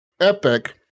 Epic